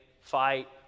fight